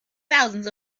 thousands